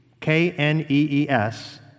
K-N-E-E-S